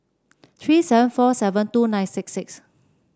three seven four seven two nine six six